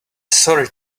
sorry